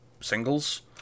singles